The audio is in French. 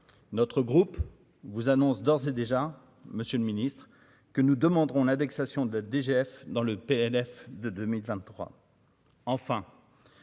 notre groupe vous annonce d'ores et déjà Monsieur le Ministre, que nous demanderons l'indexation de la DGF dans le PNF de 2023 enfin,